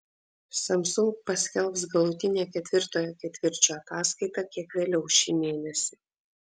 samsung paskelbs galutinę ketvirtojo ketvirčio ataskaitą kiek vėliau šį mėnesį